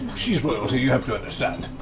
she's royalty, you have to understand.